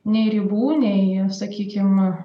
nei ribų nei sakykim